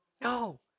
No